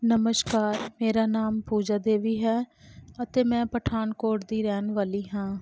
ਨਮਸਕਾਰ ਮੇਰਾ ਨਾਮ ਪੂਜਾ ਦੇਵੀ ਹੈ ਅਤੇ ਮੈਂ ਪਠਾਨਕੋਟ ਦੀ ਰਹਿਣ ਵਾਲੀ ਹਾਂ